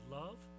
love